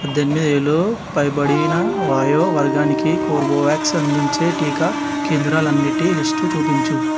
పద్దెనిమిదేళ్లు పైబడిన వయో వర్గానికి కోర్బేవాక్స్ అందించే టీకా కేంద్రాలన్నిటి లిస్టు చూపించు